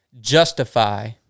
justify